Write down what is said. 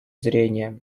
зрения